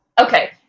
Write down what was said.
okay